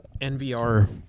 NVR